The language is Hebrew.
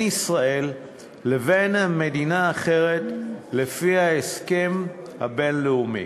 ישראל לבין מדינה אחרת לפי ההסכם הבין-לאומי